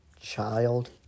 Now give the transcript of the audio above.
child